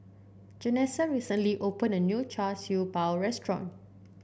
Janessa recently opened a new Char Siew Bao restaurant